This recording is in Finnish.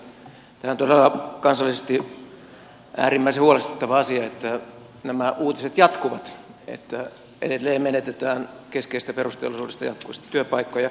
tämähän on todella kansallisesti äärimmäisen huolestuttava asia että nämä uutiset jatkuvat että edelleen menetetään keskeisestä perusteollisuudesta jatkuvasti työpaikkoja